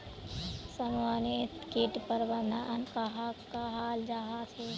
समन्वित किट प्रबंधन कहाक कहाल जाहा झे?